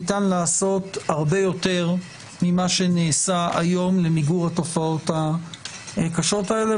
ניתן לעשות הרבה יותר ממה שנעשה היום למיגור התופעות הקשות האלה,